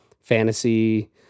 fantasy